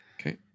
okay